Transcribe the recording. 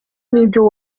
n’ibyo